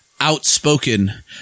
outspoken